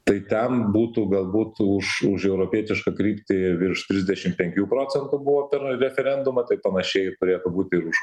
tai ten būtų galbūt už už europietišką kryptį virš trisdešim penkių procentų buvo per referendumą tai panašiai turėtų būti ir už